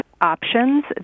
options